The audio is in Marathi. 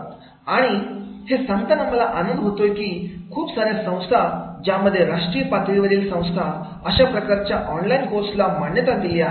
आणि आणि हे सांगताना मला आनंद होतोय की ूप सार्या संस्था ज्यामध्ये राष्ट्रीय पातळीवरील संस्था अशा प्रकारच्या ऑनलाइन कोर्सेस ला मान्यता दिली आहे